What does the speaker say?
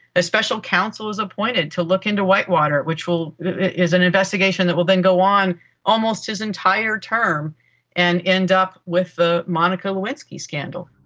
a special council was appointed to look into whitewater, which is an investigation that will then go on almost his entire term and end up with the monica lewinsky scandal.